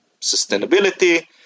sustainability